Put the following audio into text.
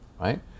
right